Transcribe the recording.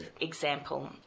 example